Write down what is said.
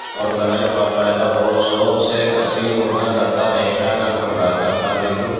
اور لڑائی باقاعدہ بہت زور سے اصیل مرغہ ڈرتا نہیں تھا نہ گھبراتا تھا بالکل